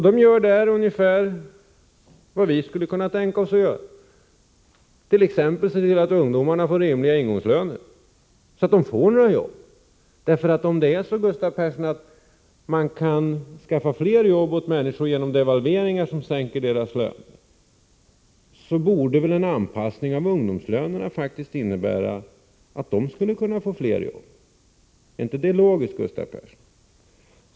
I USA gör man ungefär vad vi skulle kunna tänka oss att göra —t.ex. se till att ungdomarna får rimliga ingångslöner så att de får några jobb. Om man kan skaffa fler jobb åt människor genom devalvering som sänker deras löner, borde väl en anpassning av ungdomslönerna faktiskt innebära att ungdomarna skulle kunna få fler jobb? Är inte det logiskt, Gustav Persson?